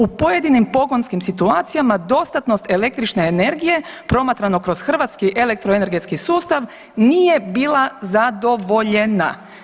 U pojedinim pogonskim situacijama dostatnost električne energije promatrano kroz hrvatski elektroenergetski sustav nije bila zadovoljena.